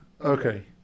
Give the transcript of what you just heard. okay